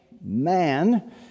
man